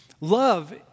Love